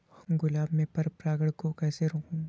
गुलाब में पर परागन को कैसे रोकुं?